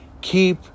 keep